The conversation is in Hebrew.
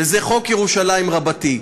זה חוק ירושלים רבתי.